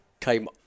came